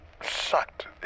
sucked